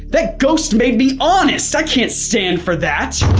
that ghost made be honest, i can't stand for that!